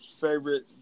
favorite